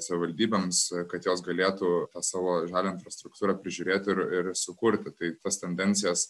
savivaldybėms kad jos galėtų savo žalią infrastruktūrą prižiūrėti ir ir sukurti tai tas tendencijas